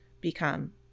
become